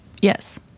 Yes